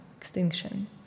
extinction